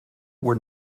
were